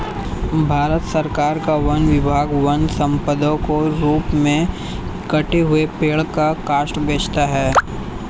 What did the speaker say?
भारत सरकार का वन विभाग वन सम्पदा के रूप में कटे हुए पेड़ का काष्ठ बेचता है